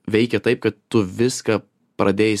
veikia taip kad tu viską pradėjai